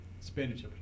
spinach